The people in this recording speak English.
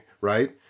right